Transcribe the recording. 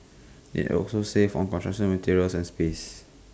IT also save on construction materials and space